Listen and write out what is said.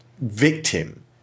victim